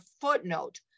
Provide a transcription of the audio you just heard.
footnote